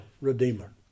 redeemer